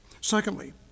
Secondly